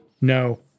No